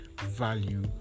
value